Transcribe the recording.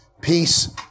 Peace